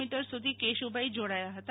મી સુધી કેશુ ભાઈ જોડાયા હતા